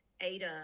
Ada